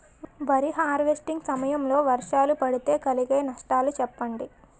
వరి హార్వెస్టింగ్ సమయం లో వర్షాలు పడితే కలిగే నష్టాలు చెప్పండి?